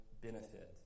benefit